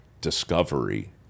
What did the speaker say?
discovery